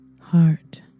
heart